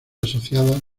asociadas